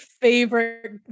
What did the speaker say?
favorite